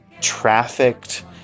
trafficked